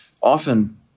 often